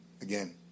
Again